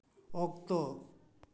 ᱚᱠᱛᱚ